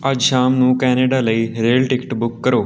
ਅੱਜ ਸ਼ਾਮ ਨੂੰ ਕੈਨੇਡਾ ਲਈ ਰੇਲ ਟਿਕਟ ਬੁੱਕ ਕਰੋ